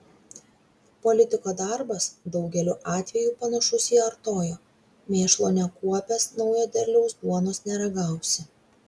politiko darbas daugeliu atvejų panašus į artojo mėšlo nekuopęs naujo derliaus duonos neragausi